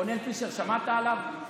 רונאל פישר, שמעת עליו?